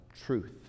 truth